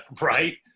Right